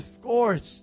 scorched